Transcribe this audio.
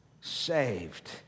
saved